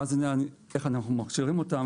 ואז איך אנחנו מכשירים אותם?